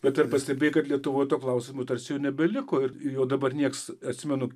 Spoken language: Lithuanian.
bet ar pastebėjai kad lietuvoj to klausimo tarsi nebeliko ir jau dabar nieks atsimenu